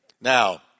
Now